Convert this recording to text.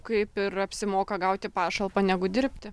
kaip ir apsimoka gauti pašalpą negu dirbti